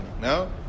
No